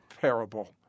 parable